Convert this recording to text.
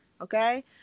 Okay